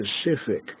specific